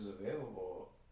available